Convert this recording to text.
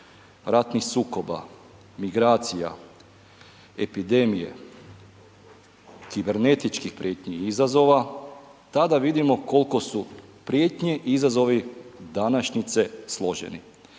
ratnih sukoba, migracija, epidemije, kibernetičkih prijetnji i izazova, tada vidimo kolko su prijetnje i izazovi današnjice složeni.